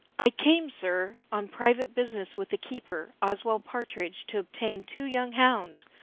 i came, sir, on private business with the keeper, oswald partridge, to obtain two young hounds,